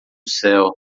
céu